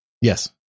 Yes